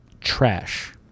trash